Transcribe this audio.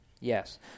Yes